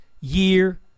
year